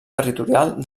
territorial